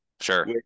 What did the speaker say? sure